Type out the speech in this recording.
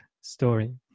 story